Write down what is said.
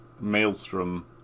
maelstrom